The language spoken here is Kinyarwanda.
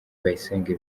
bayisenge